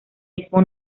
mismo